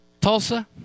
Tulsa